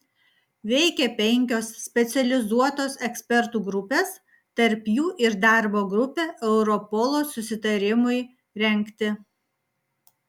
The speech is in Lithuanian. veikė penkios specializuotos ekspertų grupės tarp jų ir darbo grupė europolo susitarimui rengti